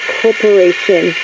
corporation